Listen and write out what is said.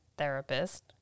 therapist